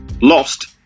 Lost